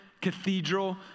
cathedral